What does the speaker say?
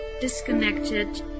disconnected